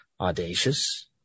audacious